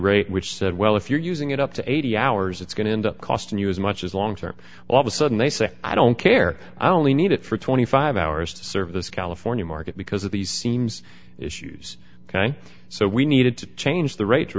rate which said well if you're using it up to eighty hours it's going to end up costing you as much as long term all of a sudden they say i don't care i only need it for twenty five hours to serve this california market because of the seams issues ok so we needed to change the r